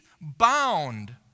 bound